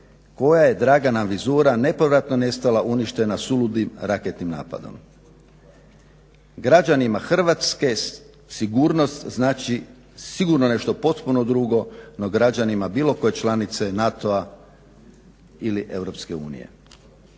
koja je draga nam vizura nepovratno nestala, uništena suludim raketnim napadom. Građanima Hrvatske sigurnost znači sigurno nešto potpuno drugo no građanima bilo koje članice NATO-a ili